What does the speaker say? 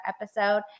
episode